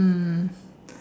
mm